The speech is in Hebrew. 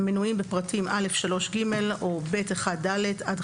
המנויים בפרטים א3)(ג) או ב(1)(ד) עד